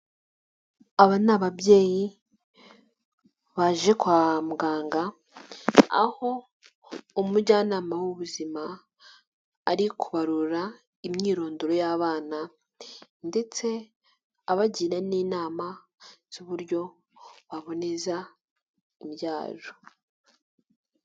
Aba ni ababyeyi baje kwa muganga aho umujyanama w'ubuzima ari kubarura imyirondoro y'abana ndetse abagira n'inama z'uburyo baboneza imbyaro.